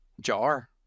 jar